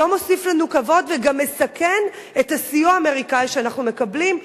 לא מוסיף לנו כבוד וגם מסכן את הסיוע האמריקאי שאנחנו מקבלים.